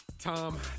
tom